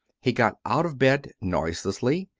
he got out of bed noiselessly,